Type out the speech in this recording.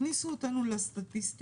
תכניסו אותנו לסטטיסטיקות.